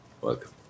Welcome